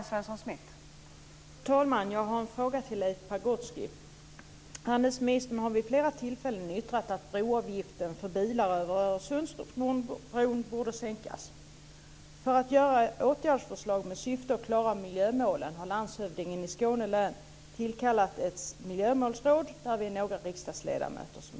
Fru talman! Jag har en fråga till Leif Pagrotsky. Handelsministern har vid flera tillfällen yttrat att avgiften för bilöverfart över Öresundsbron borde sänkas. För att göra ett åtgärdsförslag i syfte att klara miljömålen har landshövdingen i Skåne län inrättat ett miljömålsråd, där några riksdagsledamöter ingår.